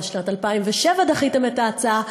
בשנת 2000 דחיתם את ההצעה,